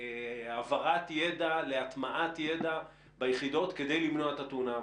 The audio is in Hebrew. להעברת ידע ולהטמעת ידע ביחידות כדי למנוע את התאונה הבאה?